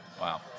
wow